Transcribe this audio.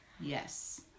Yes